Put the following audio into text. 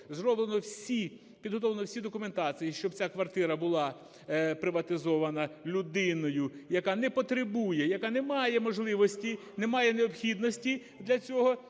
зроблено всі, підготовлено всі документації, щоб ця квартира була приватизована людиною, яка не потребує, яка не має можливості, не має необхідності для цього,